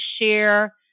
share